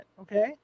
okay